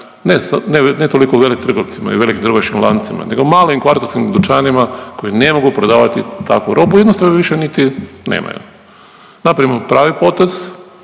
ne toliko veletrgovcima i velikim trgovačkim lancima, nego malim kvartovskim dućanima koji ne mogu prodavati takvu robu, jednostavno je više niti nemaju. Napravimo pravi potez,